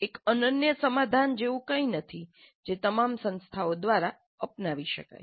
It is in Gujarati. એક અનન્ય સમાધાન જેવું કંઈ નથી જે તમામ સંસ્થાઓ દ્વારા અપનાવી શકાય